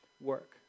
work